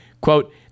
quote